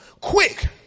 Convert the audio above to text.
quick